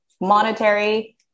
monetary